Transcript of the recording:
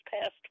past